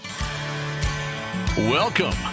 Welcome